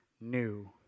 new